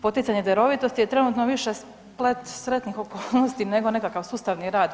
Poticanje darovitosti je trenutno više splet sretnih okolnosti nego nekakav sustavni rad.